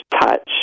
touch